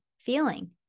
feeling